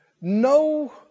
no